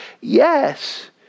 Yes